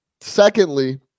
Secondly